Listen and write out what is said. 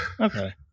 okay